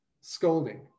scolding